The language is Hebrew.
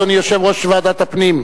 אדוני יושב-ראש ועדת הפנים,